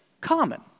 common